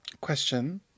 Question